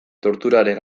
torturaren